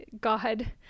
God